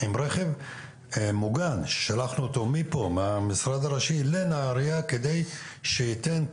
עם רכב מוגן ששלחנו מן המשרד הראשי לנהריה כדי שייתן מענה.